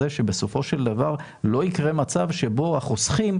שבסופו של דבר לא יקרה מצב שבו החוסכים,